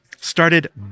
started